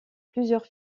plusieurs